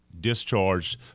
discharged